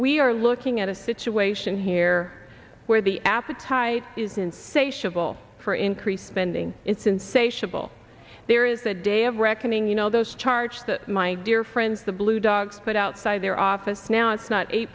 we are looking at a situation here where the appetite is insatiable for increased spending it's insatiable there is a day of reckoning you know those charged my dear friends the blue dogs but outside their office now it's not a